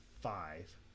five